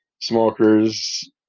Smokers